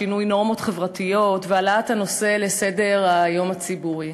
שינוי נורמות חברתיות והעלאת הנושא לסדר-היום הציבורי.